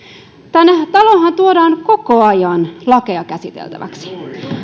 tänne taloonhan tuodaan koko ajan lakeja käsiteltäväksi